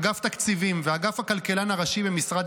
אגף תקציבים ואגף הכלכלן הראשי במשרד